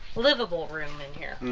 liveable room in here.